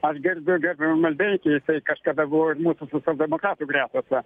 aš gerbiu gerbiamą maldeikį jisai kažkada buvo ir mūsų socialdemokratų gretose